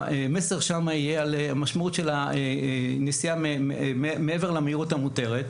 והמסר שם יהיה על המשמעות של נסיעה מעבר למהירות המותרת.